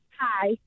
Hi